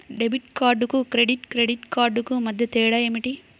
Debit కార్డుకు credit credit కార్డుకు మధ్య తేడా ఏమిటీ?